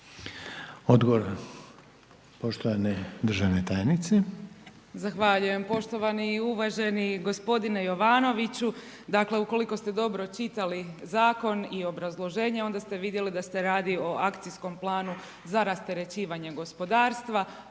Odgovor poštovane državne tajnice.